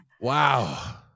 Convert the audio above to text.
Wow